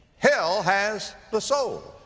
hell has the soul.